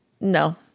No